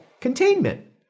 containment